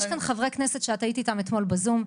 יש כאן חברי כנסת שאת היית איתם אתמול בזום,